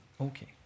Okay